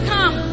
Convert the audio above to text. Come